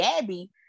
Gabby